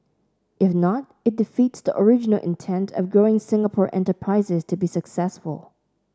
if not it defeats the original intent of growing Singapore enterprises to be successful